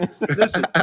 listen